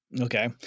Okay